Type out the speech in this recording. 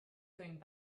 going